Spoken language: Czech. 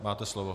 Máte slovo.